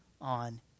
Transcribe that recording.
on